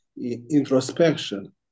introspection